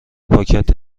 پاکت